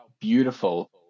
beautiful